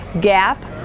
Gap